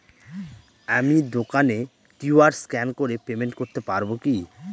আমি দোকানে QR scan করে পেমেন্ট করতে পারবো কি?